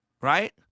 right